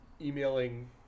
emailing